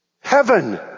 Heaven